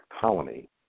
colony